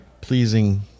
pleasing